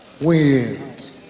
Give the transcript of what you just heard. wins